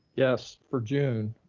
yes. for june,